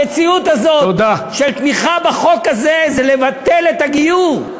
המציאות הזאת של תמיכה בחוק הזה זה לבטל את הגיור,